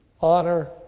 honor